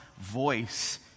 voice